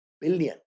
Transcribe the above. billion